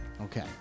Okay